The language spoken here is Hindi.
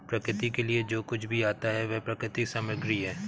प्रकृति के लिए जो कुछ भी आता है वह प्राकृतिक सामग्री है